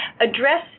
address